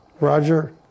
Roger